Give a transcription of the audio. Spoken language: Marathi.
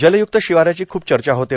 जलयुक्त शिवाराची खूप चर्चा होते